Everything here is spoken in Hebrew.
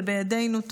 זה בידינו.